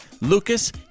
Lucas